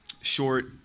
short